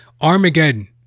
Armageddon